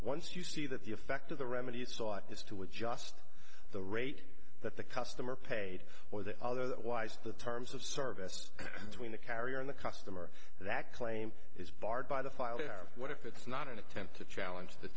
once you see that the effect of the remedy you sought is to adjust the rate that the customer paid or the other that wise to the terms of service when the carrier in the customer that claim is barred by the file what if it's not an attempt to challenge the